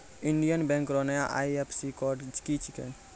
Indian bank रो नया IFSC code की छिकै